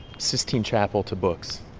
sistine chapel to books